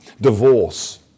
divorce